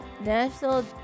National